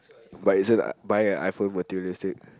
but isn't buying an iPhone materialistic